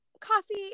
coffee